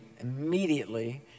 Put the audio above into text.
immediately